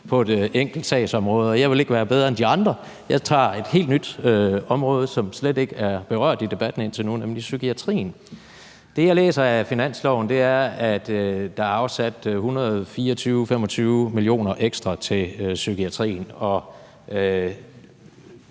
på enkeltsagsområder. Jeg vil ikke være bedre end de andre, så jeg tager et helt nyt område, som slet ikke er berørt i debatten indtil nu, nemlig psykiatrien. Det, jeg læser af finansloven, er, at der er afsat 124-125 mio. kr. ekstra til psykiatrien –